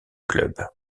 club